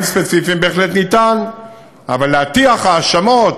בהחלט אפשר, אבל להטיח האשמות,